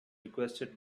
requested